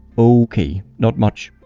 okay, not much,